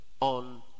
on